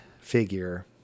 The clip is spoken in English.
figure